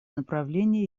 направления